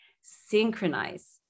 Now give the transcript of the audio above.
Synchronize